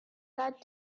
that